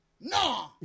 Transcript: No